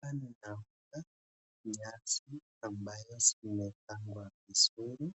Hapa ni naona nyasi ambayo zimepangwa vizuri